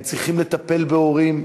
הם צריכים לטפל בהורים,